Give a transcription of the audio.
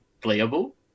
playable